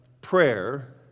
prayer